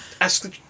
ask